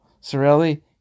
Sorelli